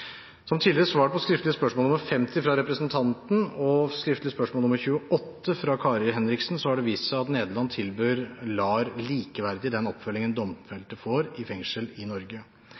Som tidligere svar på skriftlig spørsmål nr. 50, fra representanten, og skriftlig spørsmål nr. 28, fra Kari Henriksen, viser, tilbyr Nederland LAR likeverdig den oppfølgingen domfelte får i fengsel i Norge.